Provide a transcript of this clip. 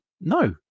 No